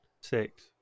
six